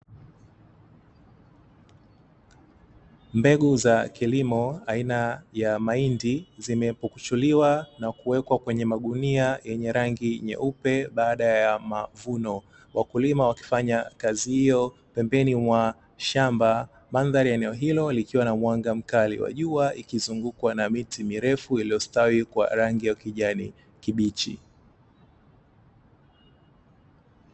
Mbegu za kilimo aina ya mahindi zimepukuchuliwa na kuwekwa kwenye magunia yenye rangi nyeupe baada ya mavuno, wakulima wakifanya kazi hiyo pembeni mwa shamba, madhari ya eneo hilo likiwa na mwanga mkali wa jua ikizungukwa na miti mirefu iliyostawi kwa rangi ya kijani kibichi.